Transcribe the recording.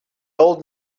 old